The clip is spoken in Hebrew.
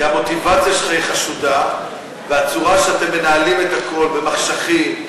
כי המוטיבציה שלך חשודה והצורה שאתם מנהלים את הכול במחשכים,